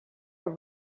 are